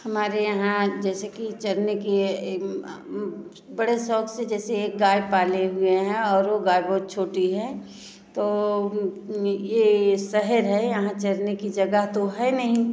हमारे यहाँ जैसे कि चरने के लिए बड़े शौक से जैसे एक गाय पाले हुए हैं और वो गाय बहुत छोटी है तो ये ये शहर है यहाँ चरने की जगह तो है नहीं